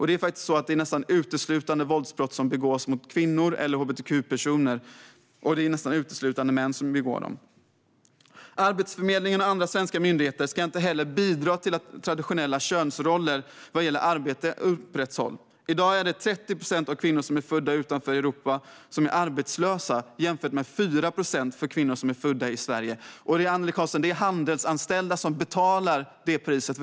Det handlar nästan uteslutande om våldsbrott som begås mot kvinnor eller hbtq-personer, och det är nästan uteslutande män som begår dem. Arbetsförmedlingen och andra svenska myndigheter ska inte heller bidra till att traditionella könsroller vad gäller arbete upprätthålls. I dag är över 30 procent av de kvinnor som är födda utanför Europa arbetslösa, jämfört med 4 procent för kvinnor som är födda i Sverige. Det är handelsanställda, Annelie Karlsson, som betalar detta pris.